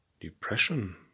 depression